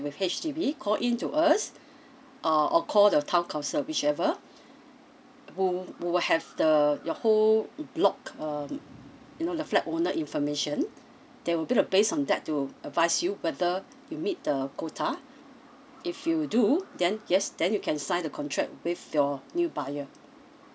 with H_D_B call in to us uh or call the town council whichever who who have the your whole block um you know the flat owner information they will be based on that to advise you whether you meet the quota if you do then yes then you can sign the contract with your new buyer